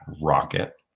rocket